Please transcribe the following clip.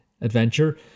adventure